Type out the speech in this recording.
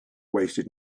wasted